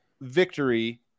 victory